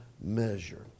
measure